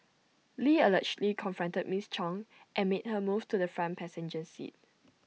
lee allegedly confronted miss chung and made her move to the front passenger seat